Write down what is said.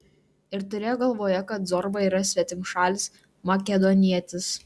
ir turėk galvoje kad zorba yra svetimšalis makedonietis